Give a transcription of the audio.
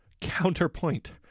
Counterpoint